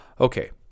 okay